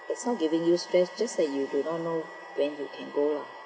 it's not giving you stress just that you do not know when you can go lah